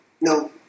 No